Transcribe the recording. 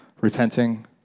repenting